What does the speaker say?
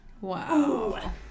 Wow